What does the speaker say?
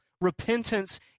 Repentance